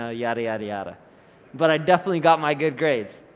ah yeah ah yeah ah yeah ah but but i definitely got my good grades.